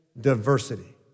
diversity